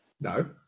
No